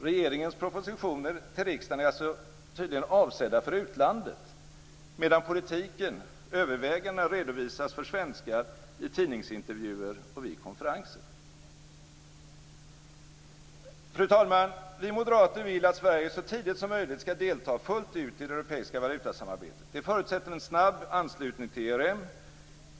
Regeringens propositioner till riksdagen är tydligen avsedda för utlandet, medan politiken redovisas för svenskar övervägande i tidningsintervjuer och vid konferenser! Fru talman! Vi moderater vill att Sverige så tidigt som möjligt skall delta fullt i det europeiska valutasamarbetet. Det förutsätter en snabb anslutning till ERM.